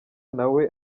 nawe